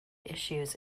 issues